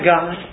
God